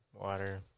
water